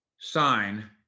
sign